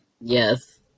Yes